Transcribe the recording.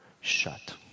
shut